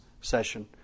session